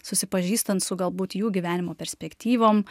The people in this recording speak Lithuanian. susipažįstant su galbūt jų gyvenimo perspektyvom